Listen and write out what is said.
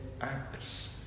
Acts